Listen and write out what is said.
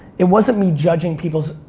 it wasn't me judging people's,